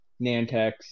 Nantex